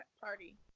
party